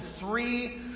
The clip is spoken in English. three